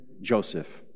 Joseph